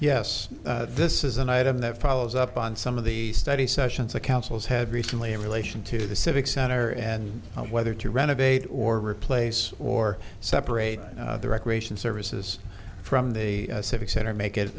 yes this is an item that follows up on some of the study sessions the councils have recently in relation to the civic center and whether to renovate or replace or separate the recreation services from the city center make it